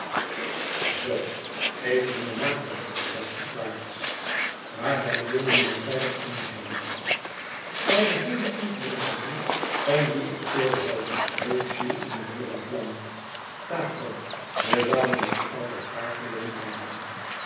zoo geef je me namen lachte quaerts waarbij deel je me verder in jules bij de heele enkele menschen van wie ik veel hoû riep jules in vuur en vlam taco je zoû me nog altijd paard leeren rijden